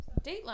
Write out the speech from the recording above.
Dateline